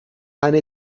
ane